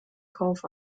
kauf